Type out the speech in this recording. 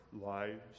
lives